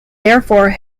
therefore